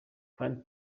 kandi